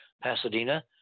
Pasadena